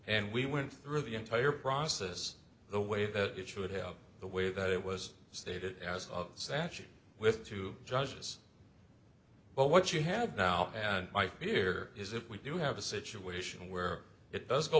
and we went through the entire process the way that it should have the way that it was stated as of sashimi with two judges but what you have now and i fear is if we do have a situation where it does go